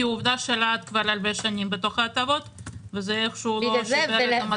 כי עובדה שרהט כבר שנים רבות בתוך ההטבות וזה איכשהו לא שיפר את מצבה.